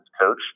coach